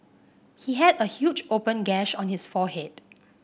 he had a huge open gash on his forehead